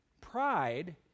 Pride